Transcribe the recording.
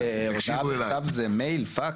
הוצאת מכתב זה מייל, פקס?